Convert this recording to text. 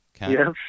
Yes